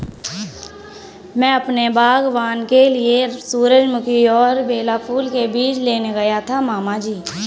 मैं अपने बागबान के लिए सूरजमुखी और बेला फूल के बीज लेने गया था मामा जी